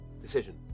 decision